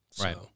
Right